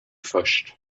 först